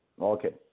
Okay